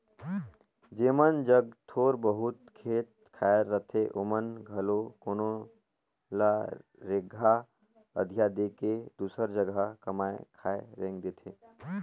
जेमन जग थोर बहुत खेत खाएर रहथे ओमन घलो कोनो ल रेगहा अधिया दे के दूसर जगहा कमाए खाए रेंग देथे